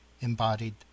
embodied